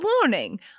warning